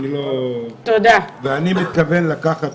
השר